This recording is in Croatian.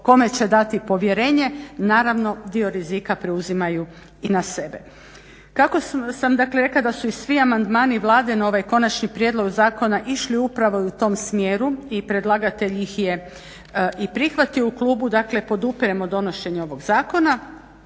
kome će dati povjerenje naravno dio rizika preuzimaju i na sebe. Kako sam dakle rekla da su i svi amandmani Vlade na ovaj konačni prijedlog zakona išli upravo i u tom smjeru i predlagatelj ih je i prihvatio, u klubu dakle podupiremo donošenje ovog zakona